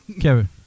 Kevin